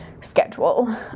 schedule